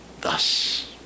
thus